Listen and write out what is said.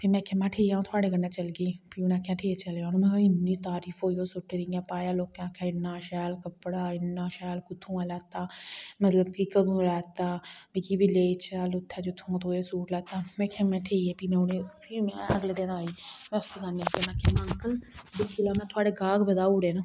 में आखेआ में ठीक ऐ थुआढ़े कन्नै चलगी में आखेआ ठीक चलेओ ना इन्नी तारीफ होई उस सूटे दी ना पाया लोकें आखेआ इन्ना शैल कपड़ा इन्ना शैल कुत्थुआं लैता मतलब कि कदूं लैता मिगी बी लेई चल उत्थै जित्थूं तू एह् सूट लैता में आखेआ ठीक में फिर अगले दिन आई उस दकाने रा में आखेआ अकंल दिक्खी लैओ में थुआढ़े गाह्क बधाई ओड़े